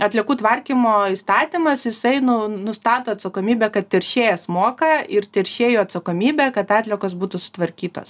atliekų tvarkymo įstatymas jisai nu nustato atsakomybę kad teršėjas moka ir teršėjų atsakomybė kad atliekos būtų sutvarkytos